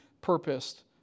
purposed